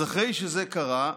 אז אחרי שזה קרה,